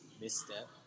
Misstep